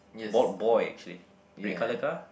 bald boy actually red color car